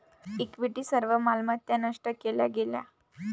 equity सर्व मालमत्ता नष्ट केल्या गेल्या